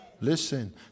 Listen